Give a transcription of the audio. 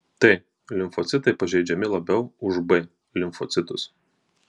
t limfocitai pažeidžiami labiau už b limfocitus